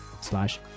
slash